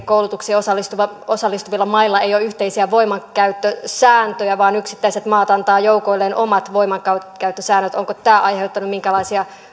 koulutuksiin osallistuvilla osallistuvilla mailla ei ole yhteisiä voimankäyttösääntöjä vaan yksittäiset maat antavat joukoilleen omat voimankäyttösäännöt onko tämä aiheuttanut minkäänlaisia